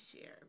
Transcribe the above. share